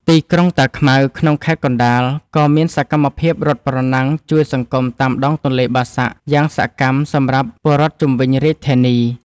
ទីក្រុងតាខ្មៅក្នុងខេត្តកណ្តាល ក៏មានសកម្មភាពរត់ប្រណាំងជួយសង្គមតាមដងទន្លេបាសាក់យ៉ាងសកម្មសម្រាប់ពលរដ្ឋជុំវិញរាជធានី។